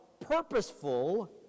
purposeful